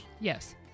Yes